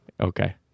Okay